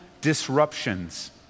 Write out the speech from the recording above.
disruptions